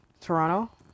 Toronto